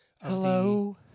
Hello